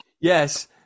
Yes